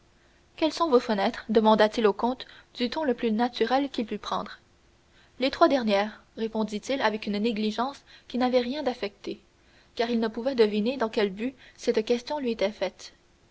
quelles sont vos fenêtres demanda-t-il au comte du ton le plus naturel qu'il pût prendre les trois dernières répondit-il avec une négligence qui n'avait rien d'affecté car il ne pouvait deviner dans quel but cette question lui était faite